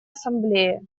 ассамблее